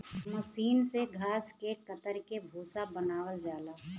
मसीन से घास के कतर के भूसा बनावल जाला